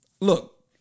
look